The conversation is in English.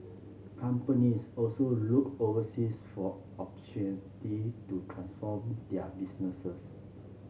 companies also looked overseas for opportunity to transform their businesses